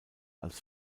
als